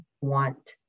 want